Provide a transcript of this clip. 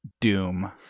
doom